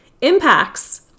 impacts